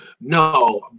No